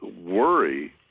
worry